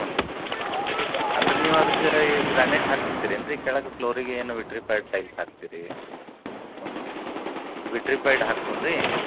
ಹ್ಞೂ ರೀ ಹ್ಞೂ ರೀ ಅಂದ್ರೆ ನೀವು ಅದಕ್ಕೆ ಈ ಗ್ರಾನೇಟ್ ಹಾಕಿಸ್ತೀರೇನ್ರಿ ಕೆಳಗೆ ಫ್ಲೋರಿಗೇನು ವಿಟ್ರಿಫೈಡ್ ಟೈಲ್ಸ್ ಹಾಕ್ತಿರಿ ಹ್ಞೂ ರೀ ವಿಟ್ರಿಫೈಡ್ ಹಾಕ್ಸೂಣ್ ರೀ